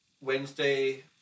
Wednesday